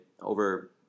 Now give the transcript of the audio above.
over